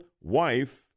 wife